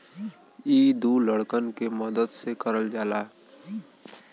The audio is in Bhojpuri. इ दू लड़कन के मदद से करल जाला